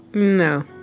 no